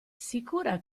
sicura